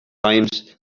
times